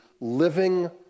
living